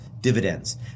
dividends